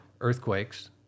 earthquakes